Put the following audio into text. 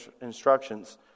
instructions